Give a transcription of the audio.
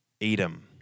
Edom